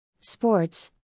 Sports